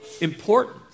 important